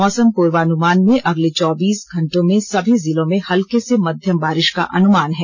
मौसम पूर्वानुमान में अगले चौबीस घंटों में सभी जिलों में हल्के से मध्यम बारिष का अनुमान है